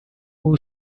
who